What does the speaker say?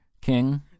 king